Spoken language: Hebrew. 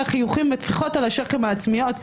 החיוכים ותפיחות השכם העצמיות,